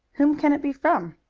whom can it be from?